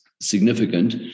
significant